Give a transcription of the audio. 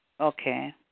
Okay